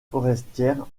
forestière